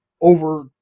Over